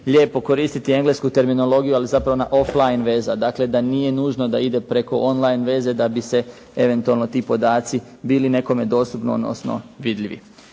lijepo koristiti englesku terminologiju ali zapravo jedna off line veza, dakle, da nije nužno da ide preko on line veze da bi se eventualno ti podaci bili nekome dostupni odnosno vidljivi.